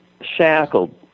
shackled